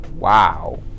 Wow